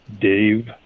Dave